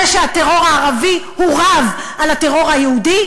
זה שהטרור הערבי רב מהטרור היהודי,